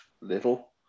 Little